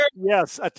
Yes